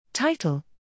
Title